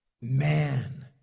Man